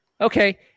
Okay